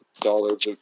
dollars